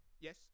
Yes